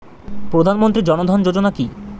প্রধানমন্ত্রী জনধন যোজনা কি?